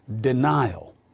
denial